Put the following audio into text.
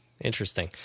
Interesting